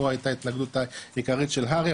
פה הייתה התנגדות העיקרית של הר"י,